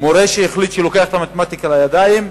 מורה שהחליט שהוא לוקח את המתמטיקה לידיים,